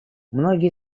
многие